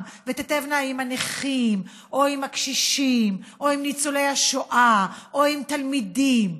ותיטבנה עם הנכים או עם הקשישים או ניצולי השואה או עם תלמידים.